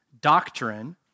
doctrine